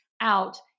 out